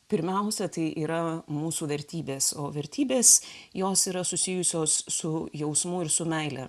pirmiausia tai yra mūsų vertybės o vertybės jos yra susijusios su jausmu ir su meile